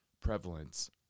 prevalence